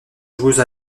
joueuse